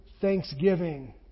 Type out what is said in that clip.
thanksgiving